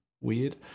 Weird